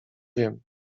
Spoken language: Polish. wiem